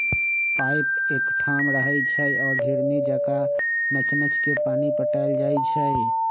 pipe एकठाम रहै छइ आ घिरणी जका नच नच के पानी पटायल जाइ छै